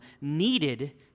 needed